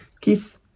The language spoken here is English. Kiss